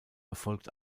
erfolgt